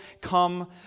come